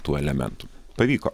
tų elementų pavyko